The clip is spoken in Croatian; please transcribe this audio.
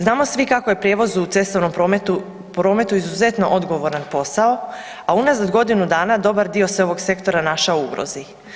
Znamo svi kako je prijevoz u cestovnom prometu izuzetno odgovoran posao, a unazad godinu dana dobar dio se ovog sektora našao u ugrozi.